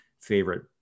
favorite